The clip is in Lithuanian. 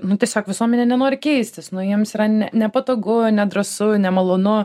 nu tiesiog visuomenė nenori keistis nu jiems yra ne nepatogu nedrąsu nemalonu